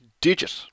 digit